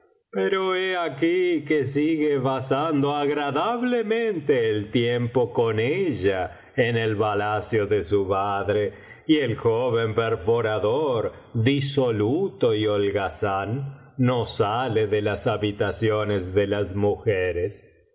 he aquí que sigue pasando agradablemente el tiempo con ella en el palacio de su padre y el joven perforador disoluto y holgazán no sale de las habitaciones de las mujeres